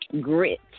grit